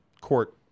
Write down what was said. court